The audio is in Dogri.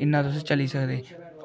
इ'न्ना तुस चली सकदे